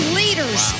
leaders